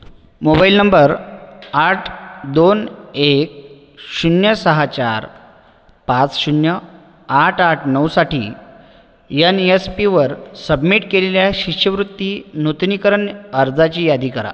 mobile number आठ दोन एक शून्य सहा चार पाच शून्य आठ आठ नऊसाठी यन यस पीवर सबमिट केलेल्या शिष्यवृत्ती नूतनीकरण अर्जाची यादी करा